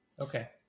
Okay